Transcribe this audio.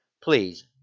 please